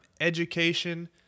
education